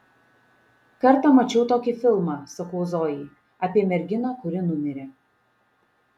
kartą mačiau tokį filmą sakau zojai apie merginą kuri numirė